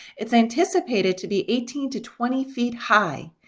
it's anticipated to be eighteen to twenty feet high.